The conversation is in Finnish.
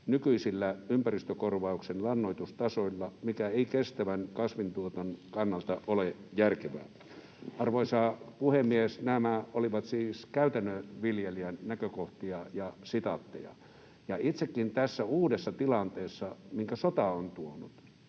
nykyisillä ympäristökorvauksen lannoitustasoilla, mikä ei kestävän kasvintuotannon kannalta ole järkevää.” Arvoisa puhemies! Nämä olivat siis käytännön viljelijän näkökohtia ja sitaatteja. Itsekin ajattelen, että tässä uudessa tilanteessa, minkä sota on tuonut,